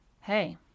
hey